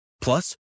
Plus